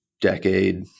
decade